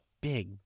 big